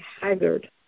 haggard